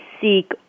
seek